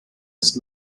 ist